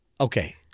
Okay